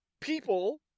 people